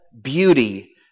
beauty